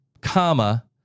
comma